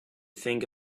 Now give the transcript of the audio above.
think